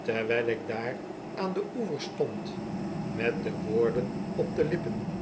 terwijl ik daar aan den oever stond met de woorden op de lippen